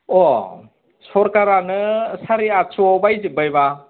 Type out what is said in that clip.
अ सोरखारानो साराय आदस'आव बायजोब्बायबा